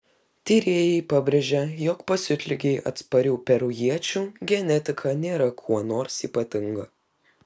tyrėjai pabrėžia jog pasiutligei atsparių perujiečių genetika nėra kuo nors ypatinga